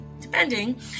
depending